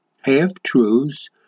half-truths